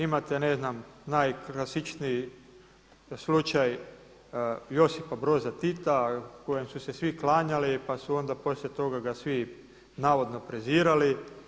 Imate ne znam najklasičniji slučaj Josipa Broza Tita kojem su se svi klanjali pa su onda poslije toga ga svi navodno prezirali.